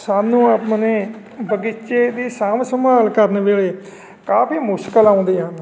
ਸਾਨੂੰ ਆਪਣੇ ਬਗੀਚੇ ਦੀ ਸਾਂਭ ਸੰਭਾਲ ਕਰਨ ਵੇਲੇ ਕਾਫੀ ਮੁਸ਼ਕਿਲ ਆਉਂਦੇ ਹਨ